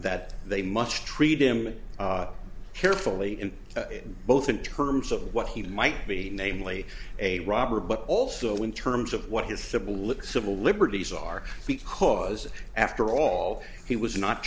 that they must treat him carefully in both in terms of what he might be namely a robber but also in terms of what his civil look civil liberties are because after all he was not